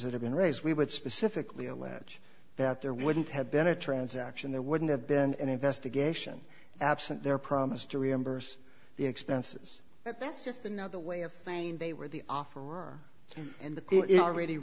that have been raised we would specifically allege that there wouldn't have been a transaction there wouldn't have been an investigation absent their promise to reimburse the expenses but that's just another way of saying they were the offer and it already